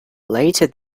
later